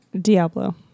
Diablo